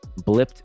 blipped